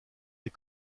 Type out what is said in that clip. des